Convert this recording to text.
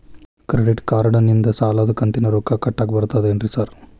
Credit ಕಾರ್ಡನಿಂದ ಸಾಲದ ಕಂತಿನ ರೊಕ್ಕಾ ಕಟ್ಟಾಕ್ ಬರ್ತಾದೇನ್ರಿ ಸಾರ್?